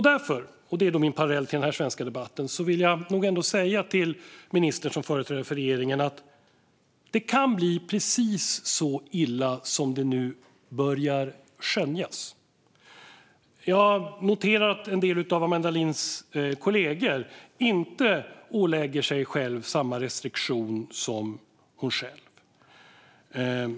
Därför - och det är min parallell till den svenska debatten - vill jag nog ändå säga till ministern som företrädare för regeringen att det kan bli precis så illa som det som nu börjar skönjas. Jag noterar att en del av Amanda Linds kollegor inte ålägger sig själva samma restriktion som hon själv.